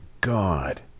God